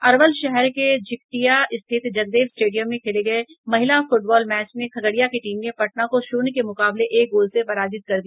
अरवल शहर के झिकटिया स्थित जगदेव स्टेडियम में खेले गये महिला फूटबॉल मैच में खगड़िया की टीम ने पटना को शून्य के मुकाबले एक गोल से पराजित कर दिया